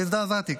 והזדעזעתי,